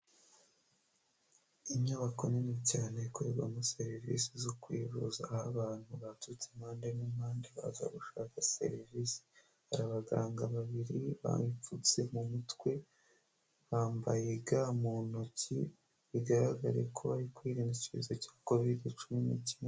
Inyubako nini cyane ikorerwamo serivisi zo kwivuza, aho abantu baturutse impande n'impande baza gushaka serivisi. Hari abaganga babiri bipfutse mu mutwe, bambaye ga mu ntoki bigaragare ko bari kwirinda icyorezo cya Covid-19.